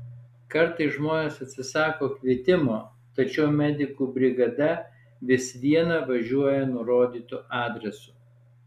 kartais žmonės atsisako kvietimo tačiau medikų brigada vis viena važiuoja nurodytu adresu